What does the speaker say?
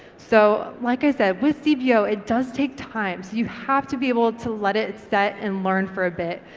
so like i said, with cbo, it does take time, so you have to be able to let it set and learn for a bit,